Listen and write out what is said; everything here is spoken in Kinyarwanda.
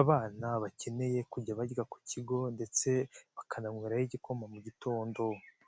abana bakeneye kujya barya ku kigo ndetse bakananywerayo igikoma mu gitondo.